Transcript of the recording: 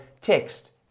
text